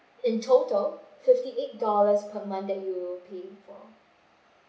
in total fifty eight dollars per month that you will pay for